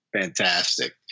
Fantastic